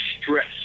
stress